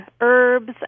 herbs